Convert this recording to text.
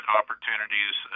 opportunities